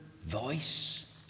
voice